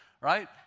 right